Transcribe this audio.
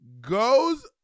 goes